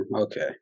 Okay